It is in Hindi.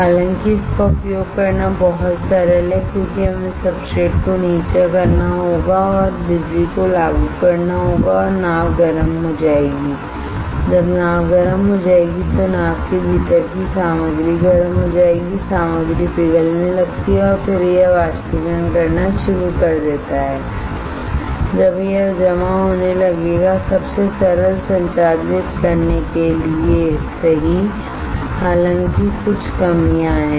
हालाँकि इसका उपयोग करना बहुत सरल है क्योंकि हमें सब्सट्रेट को नीचा करना होगा और बिजली को लागू करना होगा और नाव गर्म हो जाएगी जब नाव गर्म हो जाएगी तो नाव के भीतर की सामग्री गर्म हो जाएगी सामग्री पिघलने लगती है फिर यह वाष्पीकरण करना शुरू कर देता है यह जमा होने लगेगा सबसे सरल संचालित करने के लिए सही हालांकि कुछ कमियां हैं